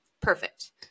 perfect